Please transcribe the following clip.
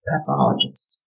pathologist